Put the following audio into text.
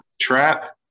trap